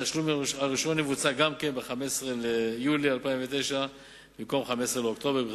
התשלום הראשון יבוצע ב-15 ביולי 2009 במקום ב-15 באוקטובר 2009,